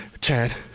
Chad